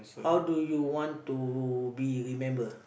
how do you want to be remember